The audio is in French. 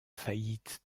faillite